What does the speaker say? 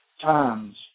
times